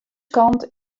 kant